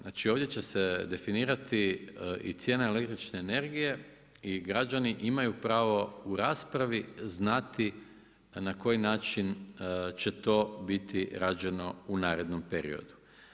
Znači, ovdje će se definirati i cijena električne energije i građanima imaju pravo u raspravi znati na koji način će to biti rađeno u narednom periodu.